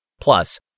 Plus